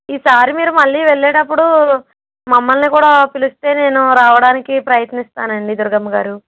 ఈ సారి మీరు మళ్లీ వెళ్లేటప్పుడు మమ్మల్ని కూడా పిలిస్తే నేను రావడానికి ప్రయత్నిస్తానండి దుర్గమ్మగారు